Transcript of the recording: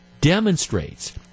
demonstrates